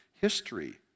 history